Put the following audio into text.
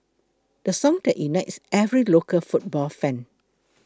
the song that unites every local football fan